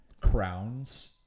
crowns